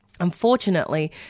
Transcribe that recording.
Unfortunately